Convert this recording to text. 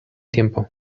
tiempo